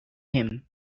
him